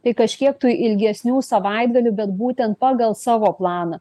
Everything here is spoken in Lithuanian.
tai kažkiek tų ilgesnių savaitgalių bet būtent pagal savo planą